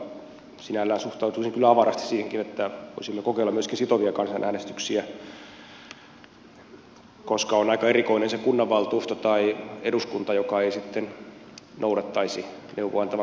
sinällään suhtautuisin kyllä avarasti siihenkin että voisimme kokeilla myöskin sitovia kansanäänestyksiä koska olisi aika erikoinen se kunnanvaltuusto tai eduskunta joka ei sitten noudattaisi neuvoa antavan kansanäänestyksen tulosta